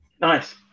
Nice